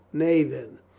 nay, then,